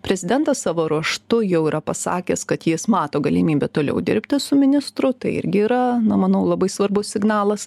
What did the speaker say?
prezidentas savo ruožtu jau yra pasakęs kad jis mato galimybę toliau dirbti su ministru tai irgi yra na manau labai svarbus signalas